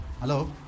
hello